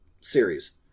series